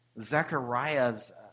Zechariah's